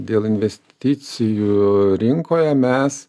dėl investicijų rinkoje mes